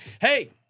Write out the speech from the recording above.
Hey